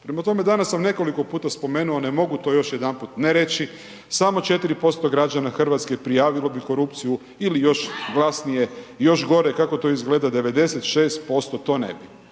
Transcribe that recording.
Prema tome, danas sam nekoliko puta spomenuo, ne mogu to još jedanput ne reći, samo 4% građana Hrvatske prijavilo bi korupciju ili još glasnije, još gore kako to izgleda 96% to ne bi.